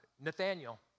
Nathaniel